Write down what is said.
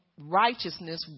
righteousness